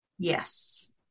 Yes